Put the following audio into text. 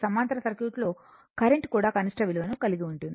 సమాంతర సర్క్యూట్ లో కరెంట్ కూడా కనిష్ట విలువను కలిగి ఉంటుంది